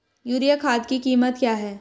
Urea खाद की कीमत क्या है?